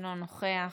אינו נוכח,